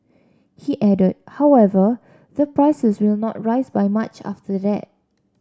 he added however that prices will not rise by much after that